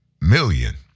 million